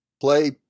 play